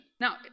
Now